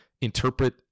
interpret